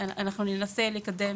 כמובן שאנחנו במשרד הבריאות ננסה לקדם